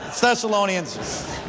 thessalonians